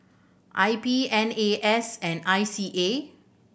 I P N A S and I C A